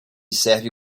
serve